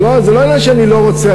זה לא עניין שאני לא רוצה.